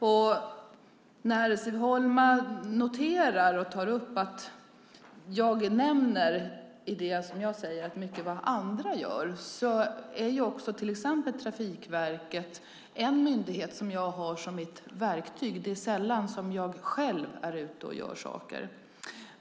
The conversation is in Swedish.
Siv Holma noterar och tar upp att jag i det jag säger nämner mycket av vad andra gör. Trafikverket är exempelvis en myndighet som jag har som mitt verktyg. Det är sällan jag själv är ute och gör saker.